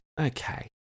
Okay